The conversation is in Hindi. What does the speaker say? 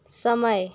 समय